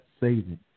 saving